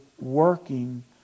working